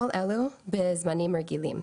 כל אלו בזמנים רגילים.